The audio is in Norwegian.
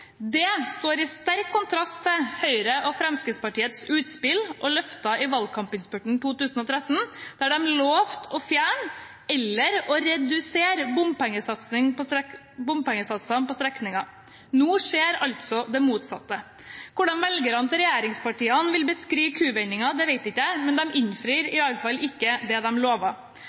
Det står i sterk kontrast til Høyre og Fremskrittspartiets utspill og løfter i valgkampinnspurten 2013, der de lovte å fjerne eller redusere bompengesatsene på strekningen. Nå skjer altså det motsatte. Hvordan velgerne til regjeringspartiene vil beskrive kuvendingen, vet ikke jeg, men de innfrir